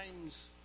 times